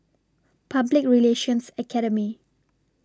Public Relations Academy